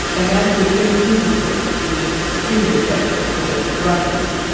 a man who's very disciplined, which is extremely attractive to the russians.